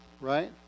Right